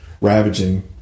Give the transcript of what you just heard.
ravaging